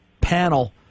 panel